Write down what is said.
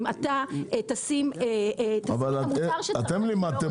אם אתה תשים את המוצר --- אתם לימדתם